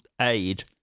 aid